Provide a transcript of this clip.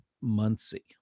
muncie